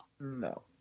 no